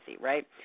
right